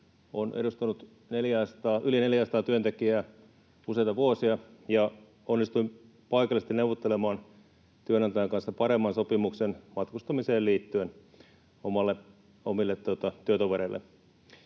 olen edustanut yli neljääsataa työntekijää useita vuosia, ja onnistuin paikallisesti neuvottelemaan työnantajan kanssa paremman sopimuksen matkustamiseen liittyen omille työtovereille.